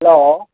hello